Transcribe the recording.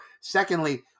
secondly